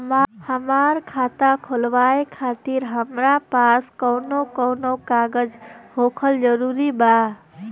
हमार खाता खोलवावे खातिर हमरा पास कऊन कऊन कागज होखल जरूरी बा?